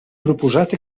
proposat